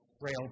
rail